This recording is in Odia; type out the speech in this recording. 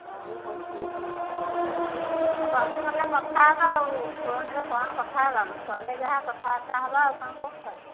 ହଉ ହଉ ଠିକ୍ ଅଛି ମୁଁ ଗଲେ ନହେଲେ କଥା ହେବା ଆଉ ଫୋନ୍ରେ କ'ଣ କଥା ହେବା ମୁଁ ଗଲେ ଯାହା କଥାବାର୍ତ୍ତା ହେବା ଆଉ କ'ଣ କହୁଛ